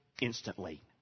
instantly